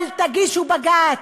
אל תגישו בג"ץ,